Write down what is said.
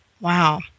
Wow